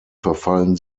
verfallen